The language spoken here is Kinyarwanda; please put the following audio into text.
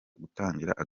gutangira